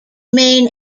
main